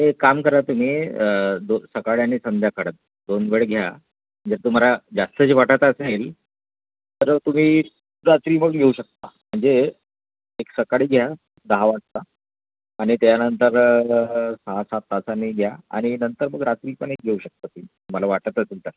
एक काम करा तुम्ही दो सकाळ आणि संध्याकाळ दोन वेळ घ्या जर तुम्हाला जास्त जे वाटत असेल तर तुम्ही रात्री पण घेऊ शकता म्हणजे एक सकाळी घ्या दहा वाजता आणि त्यानंतर सहा सात तासांनी घ्या आणि नंतर मग रात्री पण एक घेऊ शकता तुम्ही तुम्हाला वाटत असेल तर